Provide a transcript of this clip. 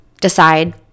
decide